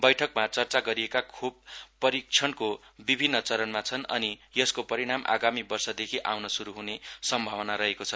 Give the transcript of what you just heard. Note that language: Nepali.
बैठकमा चर्चा गरिएका खोप परीक्षणको विभिन्न चरणमा छन् अनि यसको परिणाम आगामी वर्षदेखि आउन श्रू हने सम्भावना रहेको छ